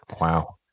wow